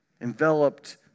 enveloped